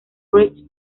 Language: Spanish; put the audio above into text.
bridge